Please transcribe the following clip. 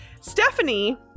Stephanie